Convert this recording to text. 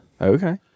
Okay